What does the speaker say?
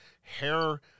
hair